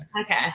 Okay